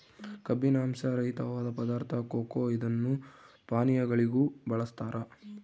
ಕಬ್ಬಿನಾಂಶ ರಹಿತವಾದ ಪದಾರ್ಥ ಕೊಕೊ ಇದನ್ನು ಪಾನೀಯಗಳಿಗೂ ಬಳಸ್ತಾರ